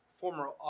former